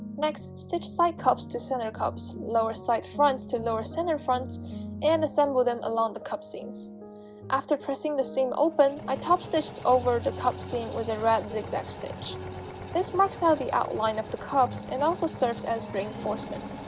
next, stitch side cups to center cups lower side fronts to lower center fronts and assemble them along the cup seams after pressing the seam open i topstitched over the cup seam with a red zigzag stitch this marks out ah the outline of the cups, and also serves as reinforcement